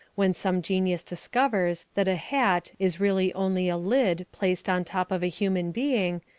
when some genius discovers that a hat is really only a lid placed on top of a human being,